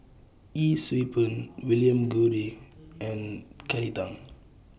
Yee Siew Pun William Goode and Kelly Tang